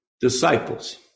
disciples